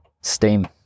Steam